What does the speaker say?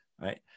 right